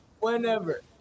Whenever